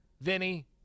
Vinny